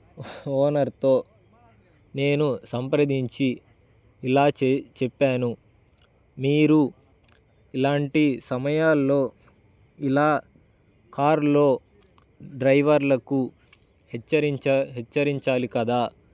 ఓనర్తో నేను సంప్రదించి ఇలా చె చెప్పాను మీరు ఇలాంటి సమయాల్లో ఇలా కార్లో డ్రైవర్లకు హెచ్చరించా హెచ్చరించాలి కదా